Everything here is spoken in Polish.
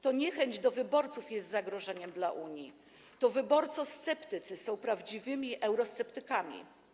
To niechęć do wyborców jest zagrożeniem dla Unii, to wyborcosceptycy są prawdziwymi eurosceptykami.